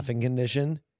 condition